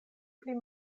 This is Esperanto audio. pli